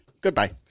Goodbye